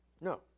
No